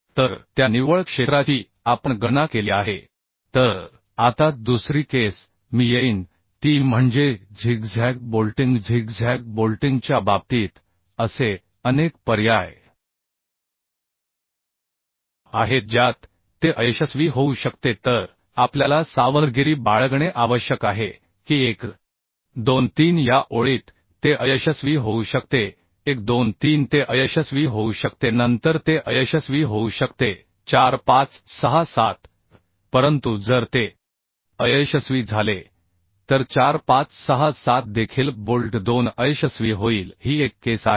तर त्या निव्वळ क्षेत्राची आपण गणना केली आहे तर आता दुसरी केस मी येईन ती म्हणजे झिगझॅग बोल्टिंग झिगझॅग बोल्टिंगच्या बाबतीत असे अनेक पर्याय आहेत ज्यात ते अयशस्वी होऊ शकते तर आपल्याला सावधगिरी बाळगणे आवश्यक आहे की 1 2 3 या ओळीत ते अयशस्वी होऊ शकते 1 2 3 ते अयशस्वी होऊ शकते नंतर ते अयशस्वी होऊ शकते 4 5 6 7 परंतु जर ते अयशस्वी झाले तर 4 5 6 7 देखील बोल्ट 2 अयशस्वी होईल ही एक केस आहे